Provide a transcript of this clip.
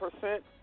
percent